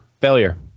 failure